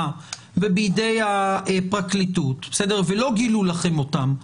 ובידי פרקליטות ולא גילו לכם אותם,